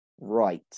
Right